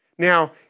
Now